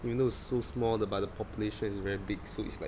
you know it's so small the but the population is very big so it's like